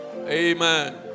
Amen